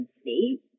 state